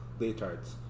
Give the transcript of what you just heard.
Leotards